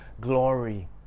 glory